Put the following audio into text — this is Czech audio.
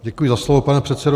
Děkuji za slovo, pane předsedo.